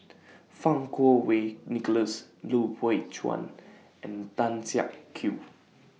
Fang Kuo Wei Nicholas Lui Pao Chuen and Tan Siak Kew